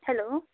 hello